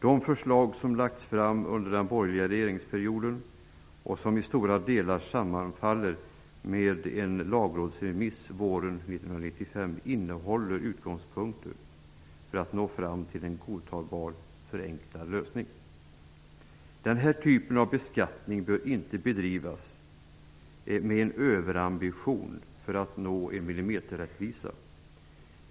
De förslag som lagts fram under den borgerliga regeringsperioden och som i stora delar sammanfaller med en lagrådsremiss våren 1995 innehåller utgångspunkter för att nå fram till en godtagbar förenklad lösning. Den här typen av beskattning bör inte bedrivas med en överambition för att nå millimeterrättvisa.